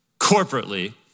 corporately